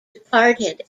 departed